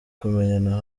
kumenyana